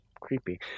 creepy